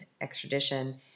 extradition